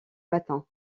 matin